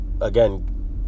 again